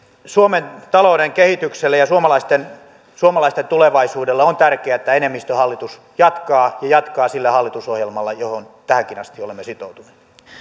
suomen talouden kehitykselle ja suomalaisten suomalaisten tulevaisuudella on tärkeää että enemmistöhallitus jatkaa ja jatkaa sillä hallitusohjelmalla johon tähänkin asti olemme sitoutuneet